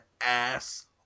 ass